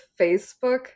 Facebook